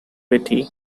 betty